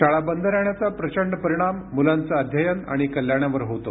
शाळा बंद राहण्याचा प्रचंड परिणाम मुलांचं अध्ययन आणि कल्याणावर होतो